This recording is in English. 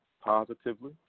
positively